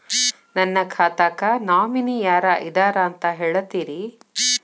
ನನ್ನ ಖಾತಾಕ್ಕ ನಾಮಿನಿ ಯಾರ ಇದಾರಂತ ಹೇಳತಿರಿ?